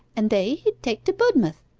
and they he d' take to budmouth.